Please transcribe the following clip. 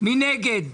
מי נגד?